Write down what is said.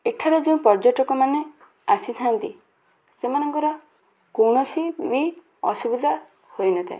ଏଠାର ଯୋଉ ପର୍ଯ୍ୟଟକମାନେ ଆସିଥାନ୍ତି ସେମାନଙ୍କର କୌଣସି ବି ଅସୁବିଧା ହୋଇନଥାଏ